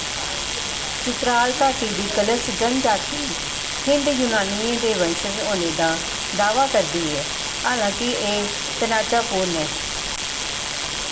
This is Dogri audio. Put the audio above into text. चित्राल घाटी दी कलश जनजाति हिन्द यूनानियें दे बंशज होने दा दावा करदी ऐ हालांके एह् तनाजापूर्ण ऐ